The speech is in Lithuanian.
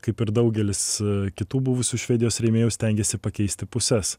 kaip ir daugelis kitų buvusių švedijos rėmėjų stengėsi pakeisti puses